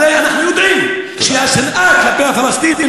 הרי אנחנו יודעים שהשנאה כלפי הפלסטינים,